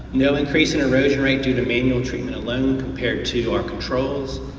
no increase in erosion rate due to manual treatment alone compared to our controls.